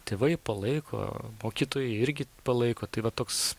tėvai palaiko mokytojai irgi palaiko tai va toks